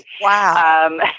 Wow